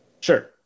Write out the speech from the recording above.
Sure